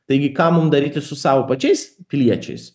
taigi ką mum daryti su savo pačiais piliečiais